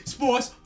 Sports